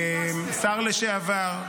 שר לשעבר,